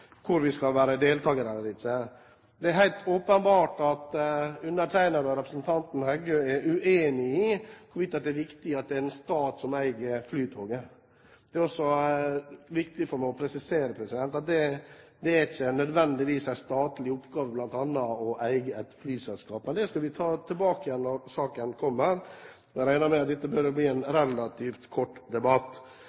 hvor vi skal være deltakere eller ikke. Det er helt åpenbart at undertegnede og representanten Heggø er uenige om hvorvidt det er viktig at det er en stat som eier Flytoget. Det er også viktig for meg å presisere at det ikke nødvendigvis er en statlig oppgave bl.a. å eie et flyselskap. Men det skal vi komme tilbake til når saken kommer. Jeg regner med at dette kommer til å bli en